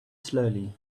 slowly